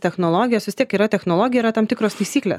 technologijos vis tiek yra technologija yra tam tikros taisyklės